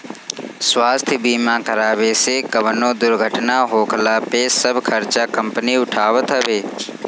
स्वास्थ्य बीमा करावे से कवनो दुर्घटना होखला पे सब खर्चा कंपनी उठावत हवे